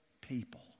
people